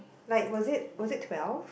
like was it was it twelve